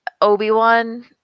Obi-Wan